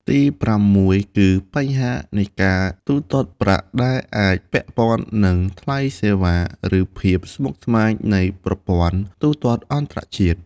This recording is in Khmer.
ទីប្រាំមួយ គឺ បញ្ហានៃការទូទាត់ប្រាក់ ដែលអាចពាក់ព័ន្ធនឹងថ្លៃសេវា ឬភាពស្មុគស្មាញនៃប្រព័ន្ធទូទាត់អន្តរជាតិ។